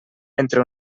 entre